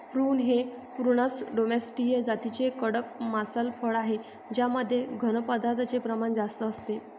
prune हे Prunus domestica जातीचे एक कडक मांसल फळ आहे ज्यामध्ये घन पदार्थांचे प्रमाण जास्त असते